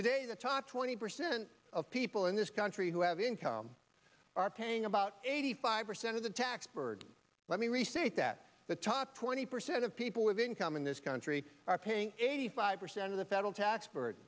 today the top twenty percent of people in this country who have income are paying about eighty five percent of the tax burden let me restate that the top twenty percent of people with income in this country are paying eighty five percent of the federal tax burd